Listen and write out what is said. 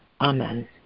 Amen